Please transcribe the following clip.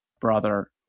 brother